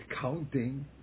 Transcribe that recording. counting